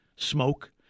smoke